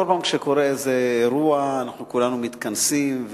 כל פעם כשקורה איזה אירוע אנחנו כולנו מתכנסים,